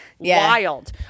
Wild